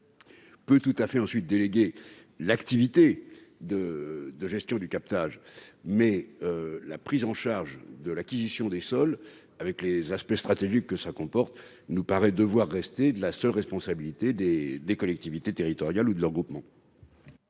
peut tout à fait déléguer l'activité de gestion du captage. Toutefois, la prise en charge de l'acquisition des sols, avec les aspects stratégiques que cela comporte, doit, selon nous, rester de la seule responsabilité des collectivités territoriales ou de leur groupement.